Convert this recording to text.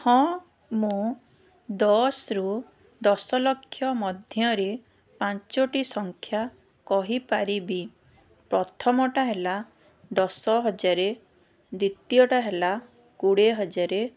ହଁ ମୁଁ ଦଶରୁ ଦଶଲକ୍ଷ ମଧ୍ୟରେ ପାଞ୍ଚୋଟି ସଂଖ୍ୟା କହିପାରିବି ପ୍ରଥମଟା ହେଲା ଦଶ ହଜାର ଦ୍ୱିତୀୟଟା ହେଲା କୋଡ଼ିଏ ହଜାର